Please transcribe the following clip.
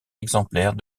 exemplaires